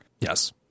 Yes